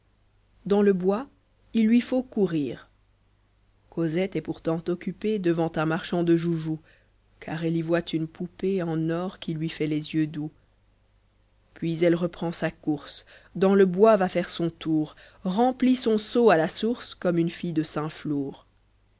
dans le bois il lui faut courir cosette est pourtant occupée devant un marchand dé joujoux car elle y voit une poupée en or qui lui fait les yeux doux puis elle reprend sa course lianslebpis va faire son tour f v remplit son seau à la source f comme une filière saint flpur